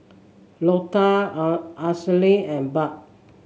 Lota Ashleigh and Bud